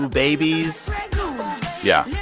and babies yeah yeah